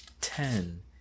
ten